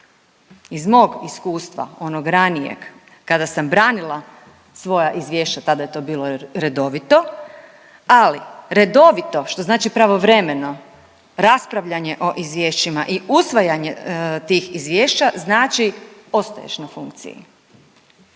Iz mog iskustava onog ranijeg kada sam branila svoja izvješća, tada je to bilo redovito, ali redovito što znači pravovremeno raspravljanje o izvješćima i usvajanje tih izvješća znači ostaješ na funkciji.